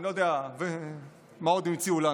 אני לא יודע מה עוד המציאו לנו.